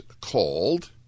called